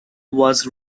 was